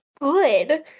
good